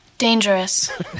Dangerous